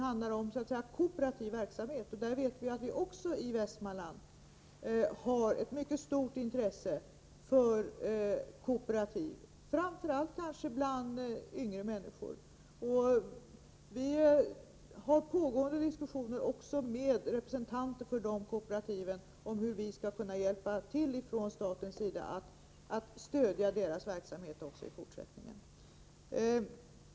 Vi vet också att det i Västmanland finns ett mycket stort intresse för kooperativ verksamhet, kanske framför allt bland yngre människor. Vi för diskussioner med representanter för dessa kooperativ om hur staten skall kunna hjälpa till att stödja deras verksamhet också i fortsättningen.